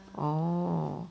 orh